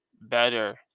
better